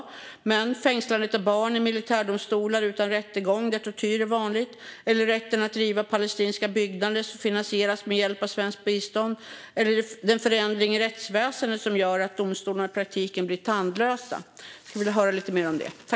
Är det fängslandet av barn i militärdomstolar utan rättegång där tortyr är vanligt, eller rätten att riva palestinska byggnader som finansierats med hjälp av svenskt bistånd? Eller är det den förändring i rättsväsendet som gör att domstolarna i praktiken blir tandlösa? Jag skulle vilja höra lite mer om detta.